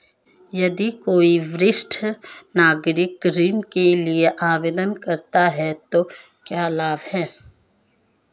यदि कोई वरिष्ठ नागरिक ऋण के लिए आवेदन करता है तो क्या लाभ हैं?